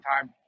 time